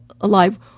alive